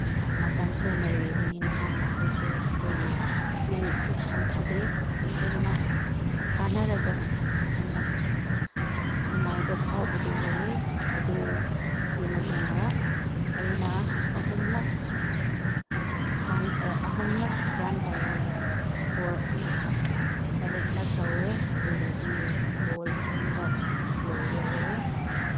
ꯃꯇꯝꯁꯦ ꯂꯩꯔꯤꯕꯅꯤꯅ ꯍꯥꯏꯅ ꯑꯩꯈꯣꯏꯁꯦ ꯑꯩꯈꯣꯏꯒꯤ ꯏꯁꯄꯤꯔꯤꯠꯁꯦ ꯍꯟꯊꯗꯦ ꯍꯦꯟꯅ ꯁꯥꯟꯅꯔꯒ ꯍꯦꯟꯅ ꯅꯨꯡꯉꯥꯏꯕ ꯐꯥꯎꯕꯗꯨ ꯑꯣꯏꯌꯦ ꯑꯗꯨꯒꯤ ꯃꯇꯨꯡꯗ ꯑꯩꯅ ꯑꯍꯨꯝꯂꯛ ꯑꯍꯨꯝꯂꯛ ꯔꯟ ꯇꯧꯔꯒ ꯏꯁꯀꯣꯔ ꯇꯔꯦꯠꯂꯛ ꯇꯧꯋꯦ ꯑꯗꯨꯒꯗꯤ ꯕꯣꯜ ꯑꯍꯨꯝꯗ ꯂꯣꯏꯕ ꯑꯣꯏꯌꯦ